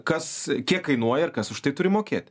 kas kiek kainuoja ir kas už tai turi mokėt